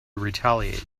retaliate